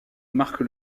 marque